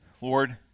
Lord